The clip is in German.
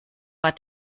war